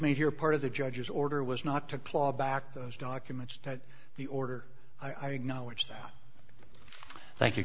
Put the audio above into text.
here part of the judge's order was not to claw back those documents that the order i acknowledge that thank you